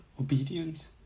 obedience